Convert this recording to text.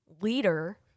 leader